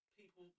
people